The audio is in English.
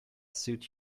suit